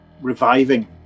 reviving